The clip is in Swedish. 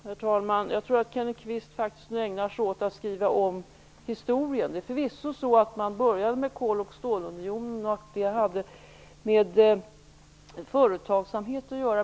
Herr talman! Jag tror att Kenneth Kvist nu ägnar sig åt att skriva om historien. Det är förvisso så att man började med Kol och stålunionen och att det hade med företagsamhet att göra.